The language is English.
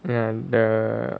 and the